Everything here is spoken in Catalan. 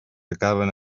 acaben